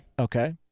Okay